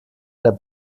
der